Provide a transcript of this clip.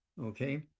okay